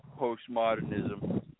postmodernism